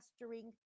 mastering